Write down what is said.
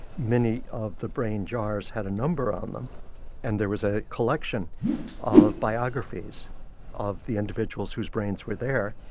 many of the brain jars had a number on them and there was a collection of biographies of the individuals whose brains were there,